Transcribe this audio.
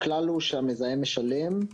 הכלל הוא שהמזהם משלם.